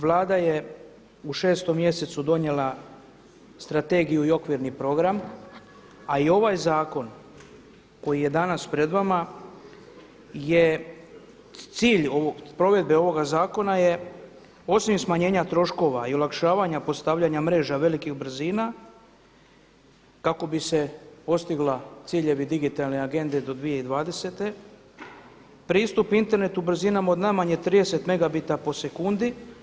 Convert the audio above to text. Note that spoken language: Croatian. Vlada je u šestom mjesecu donijela strategiju i okvirni program, a i ovaj zakon koji je danas pred vama je cilj provedbe ovoga zakona je osim smanjenja troškova i olakšavanja postavljanja mreža velikih brzina kako bi se postigla ciljevi digitalne Agende do 2020. pristup internetu brzinama od najmanje 30 megabita po sekundi.